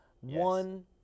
One